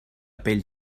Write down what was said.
pell